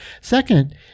Second